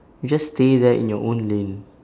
you just stay there in your own lane